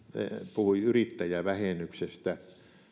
puhui yrittäjävähennyksestä